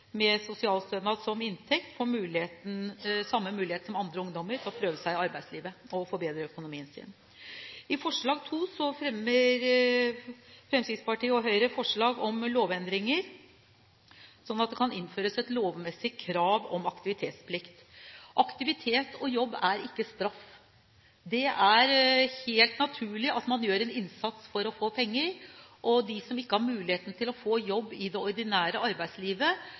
med sosialstønad som inntekt, få samme mulighet som andre ungdommer til å prøve seg i arbeidslivet og forbedre økonomien sin. I forslag nr. 2 fremmer Fremskrittspartiet og Høyre forslag om lovendringer, slik at det kan innføres et lovmessig krav om aktivitetsplikt. Aktivitet og jobb er ikke straff. Det er helt naturlig at man gjør en innsats for å få penger, og de som ikke har muligheten til å få jobb i det ordinære arbeidslivet,